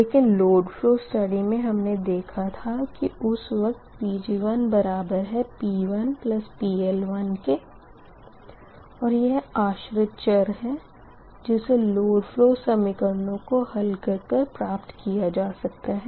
लेकिन load flow study मे हमने देखा था के उस वक़्त Pg1बराबर है P1PL1 के और यह आश्रित चर है जिसे लोड फ़लो समीकरणों को हल कर कर प्राप्त किया जा सकता है